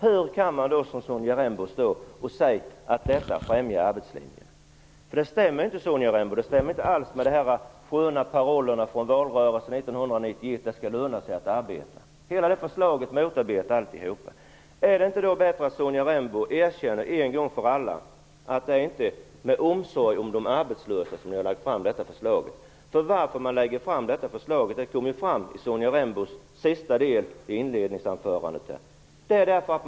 Hur kan man då, som Sonja Rembo gör, säga att detta främjar arbetslinjen? Det stämmer inte alls, Sonja Rembo, med de vackra parollerna från valrörelsen 1991 om att det skall löna sig att arbeta. Det här förslaget motarbetar alltihop. Vore det inte bättre om Sonja Rembo en gång för alla erkände att hon inte har lagt fram detta förslag med omsorg om de arbetlösa. I slutet på Sonja Rembos inledningsanförande kom det fram varför man har lagt fram det här förslaget.